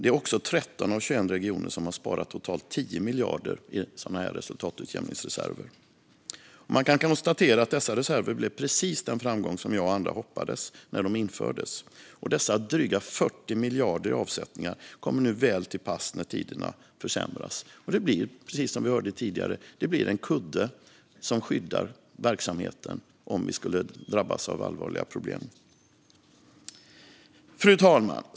Det är också 13 av 21 regioner som har sparat totalt 10 miljarder kronor i sådana resultatutjämningsreserver. Vi kan konstatera att dessa reserver blev precis den framgång som jag och andra hoppades att de skulle bli när de infördes. Och dessa dryga 40 miljarder kronor i avsättningar kommer nu väl till pass när tiderna försämras. Det blir, precis som vi hörde tidigare, en kudde som skyddar verksamheten om man skulle drabbas av allvarliga problem. Fru talman!